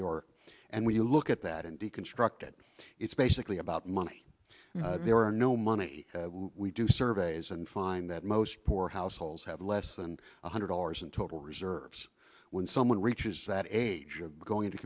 york and when you look at that and deconstruct it it's basically about money there are no money we do surveys and find that most poor households have less than one hundred dollars in total reserves when someone reaches that age or going to